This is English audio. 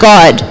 God